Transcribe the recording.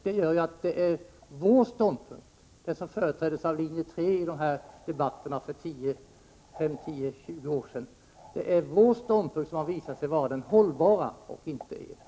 Detta gör att det är vår ståndpunkt — den som företräddes av linje 3 i debatterna för 5, 10 år sedan — som har visat sig vara den hållbara och inte er.